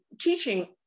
teaching